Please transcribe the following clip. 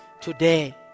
today